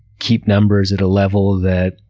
keep numbers at a level that,